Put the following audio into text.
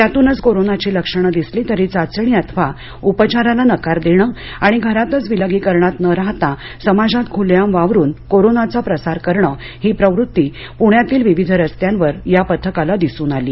त्यातूनच कोरोनाची लक्षण दिसली तरी चाचणी अथवा उपचाराला नकार देणं आणि घरातच विलगीकरणात न राहता समाजात खुलेआम वावरुन कोरोनाचा प्रसार करणं ही प्रवृत्ती पुण्यातील विविध स्तरावर या पथकाला दिसून आली